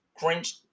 Grinch